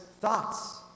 thoughts